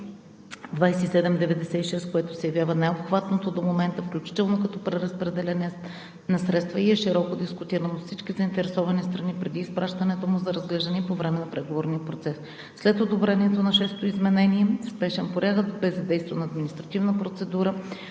2796, което се явява най-обхватното до момента, включително като преразпределение на средства, и е широко дискутирано от всички заинтересовани страни преди изпращането му за разглеждане и по време на преговорния процес. След одобрението на шестото изменение в спешен порядък бе задействана административна процедура